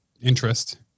interest